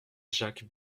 jacques